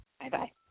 Bye-bye